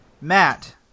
Matt